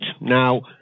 Now